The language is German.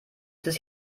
sich